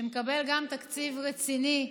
שמקבל גם תקציב רציני מהמדינה,